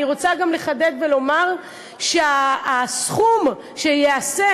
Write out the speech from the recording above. אני רוצה גם לחדד ולומר שהסכום שייאסף